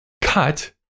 cut